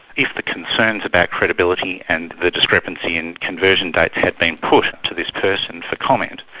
if the concerns about credibility and the discrepancy in conversion dates had been put to this person for comment,